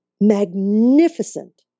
magnificent